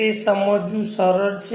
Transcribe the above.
તે સમજવું સરળ છે